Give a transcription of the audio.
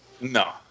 No